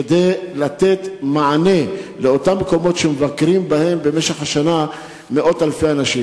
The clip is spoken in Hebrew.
כדי לתת מענה לאותם מקומות שמבקרים בהם במשך השנה מאות אלפי אנשים?